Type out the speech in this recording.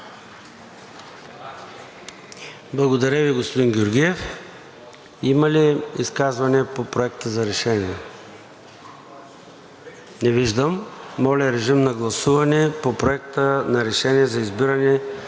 Благодаря Ви, госпожо Георгиева. Има ли изказвания по Проекта за решение? Не виждам. Моля, режим на гласуване по Проекта за решение за избиране